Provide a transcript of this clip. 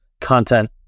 content